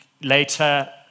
later